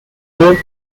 york